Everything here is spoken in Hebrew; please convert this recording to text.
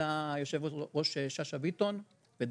כשחברת הכנסת שאשא ביטון הייתה היושבת-ראש,